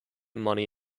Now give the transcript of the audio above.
money